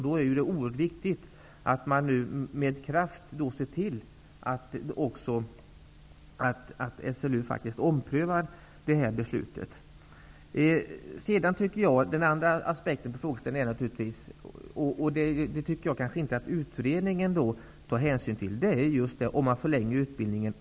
Då är det oundvikligt att se till att SLU omprövar detta beslut. Den andra aspekten på frågeställningen är naturligtvis -- vilket jag inte tycker att utredningen tar hänsyn till -- en eventuell förlängning av utbildningen.